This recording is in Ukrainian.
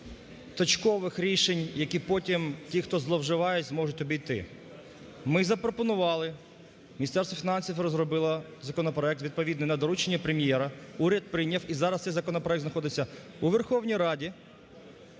Прем'єра, уряд прийняв, і зараз цей законопроект знаходиться у Верховній Раді: